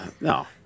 no